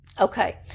Okay